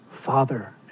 father